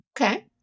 Okay